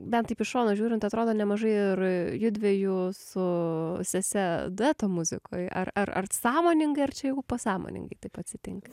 bent taip iš šono žiūrint atrodo nemažai ir judviejų su sese dueto muzikoj ar ar ar sąmoningai ar čia jau pasąmoningai taip atsitinka